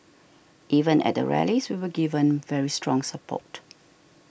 even at the rallies we were given very strong support